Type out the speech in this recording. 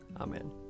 Amen